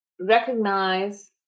recognize